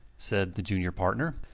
said the junior partner.